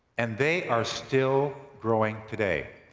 and they are still growing today.